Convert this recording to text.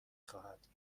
خواهد